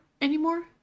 anymore